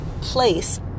place